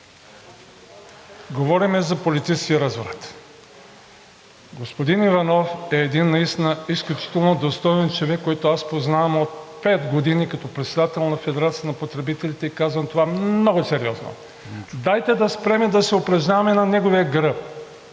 говорим за политически разврат?! Господин Иванов е един наистина изключително достоен човек, който аз познавам от пет години като председател на Федерацията на потребителите, и казвам това много сериозно. Дайте да спрем да се упражняваме на неговия гръб.